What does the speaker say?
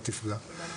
תפגע.